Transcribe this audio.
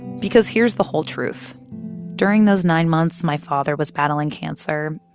because here's the whole truth during those nine months my father was battling cancer,